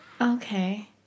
okay